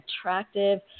attractive